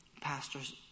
Pastors